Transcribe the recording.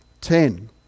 Ten